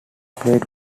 played